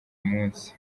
munsi